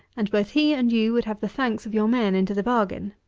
and both he and you would have the thanks of your men into the bargain.